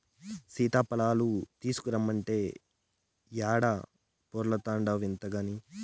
సీతాఫలాలు తీసకరమ్మంటే ఈడ పొర్లాడతాన్డావు ఇంతగని